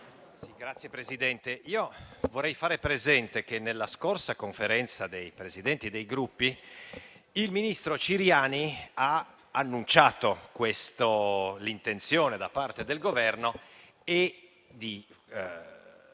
Signor Presidente, vorrei fare presente che, nell'ultima Conferenza dei Presidenti dei Gruppi, il ministro Ciriani aveva annunciato l'intenzione da parte del Governo di